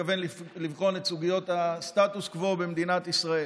מתכוון לבחון את סוגיות הסטטוס קוו במדינת ישראל.